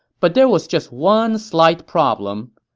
but there was just one slight problem,